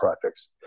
projects